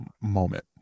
moment